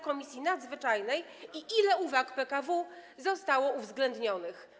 Komisji Nadzwyczajnej i ile uwag PKW zostało uwzględnionych.